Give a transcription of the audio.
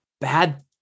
bad